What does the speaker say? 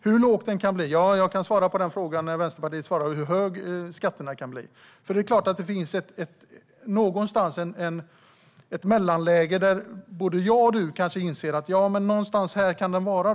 Hur låg den kan bli kan jag svara på när Vänsterpartiet svarar på hur höga skatterna kan bli. Det är klart att någonstans finns det ett mellanläge som både jag och Daniel Sestrajcic kanske inser att någonstans där kan skatten vara.